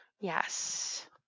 Yes